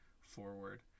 forward